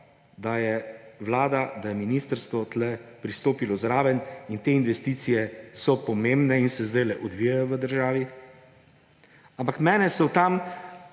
da je vlada, da je ministrstvo tukaj pristopilo zraven. Te investicije so pomembne in se zdajle odvijajo državi, ampak mene so tam